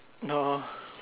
orh